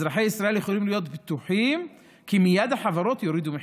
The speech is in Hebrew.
אזרחי ישראל יכולים להיות בטוחים כי מייד החברות יורידו מחירים.